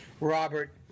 Robert